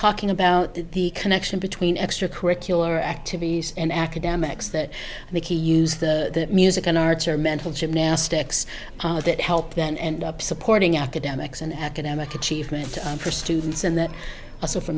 talking about the connection between extra curricular activities and academics that make you use the music an arts or mental gymnastics that help then end up supporting academics and academic achievement for students and that also for